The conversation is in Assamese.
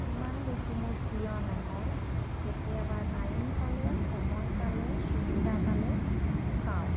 ইমান বেছি মোৰ প্ৰিয় নহয় কেতিয়াবা টাইম পালে সময় পালে সুবিধা পালে চাওঁ